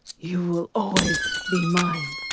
you will always be mine!